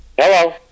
Hello